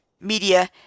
media